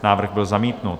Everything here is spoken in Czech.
Návrh byl zamítnut.